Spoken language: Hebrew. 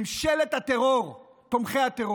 ממשלת תומכי הטרור.